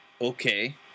okay